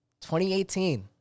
2018